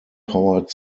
powered